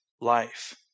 life